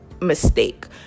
mistake